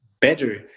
better